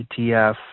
ETF